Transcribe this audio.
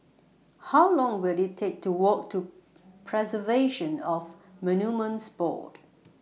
How Long Will IT Take to Walk to Preservation of Monuments Board